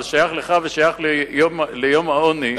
אבל שייך לך ושייך ליום העוני,